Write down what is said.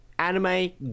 Anime